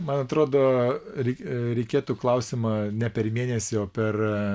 man atrodo rei reikėtų klausimą ne per mėnesį o per